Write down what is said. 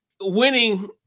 Winning